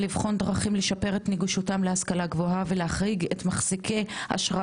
לבחון דרכים לשפר את נגישותם להשכלה גבוהה ולהחריג את מחזיקי אשרה